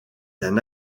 d’un